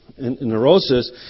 neurosis